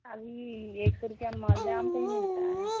ابھی ایک سو روپیہ میں مالدہ آم کہیں ملتا ہے